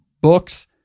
books